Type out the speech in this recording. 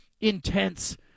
intense